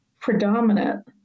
predominant